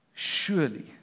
Surely